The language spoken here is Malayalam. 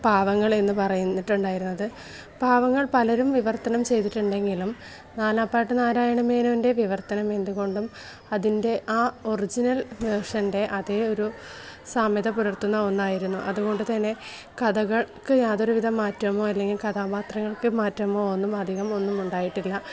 പാവങ്ങള് എന്ന് പറയുന്നിട്ടുണ്ടായിരുന്നത് പാവങ്ങള് പലരും വിവർത്തനം ചെയ്തിട്ടുണ്ടെങ്കിലും നാൽപ്പാട്ട് നാരായണമേനോന്റെ വിവർത്തനം എന്തുകൊണ്ടും അതിന്റെ ആ ഒറിജിനല് വേര്ഷന്റെ അതേ ഒരു സാമ്യത പുലര്ത്തുന്ന ഒന്നായിരുന്നു അതുകൊണ്ട് തന്നെ കഥകള്ക്ക് യാതൊരു വിധ മാറ്റമോ അല്ലെങ്കില് കഥാപാത്രങ്ങള്ക്ക് മാറ്റം ഒന്നും അധികം ഒന്നുമുണ്ടായിട്ടില്ല